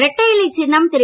இரட்டைஇலை சின்னம் திரு